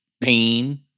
pain